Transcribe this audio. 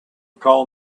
call